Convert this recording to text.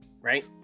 right